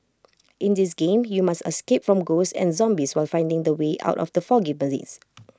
in this game you must escape from ghosts and zombies while finding the way out of the foggy blaze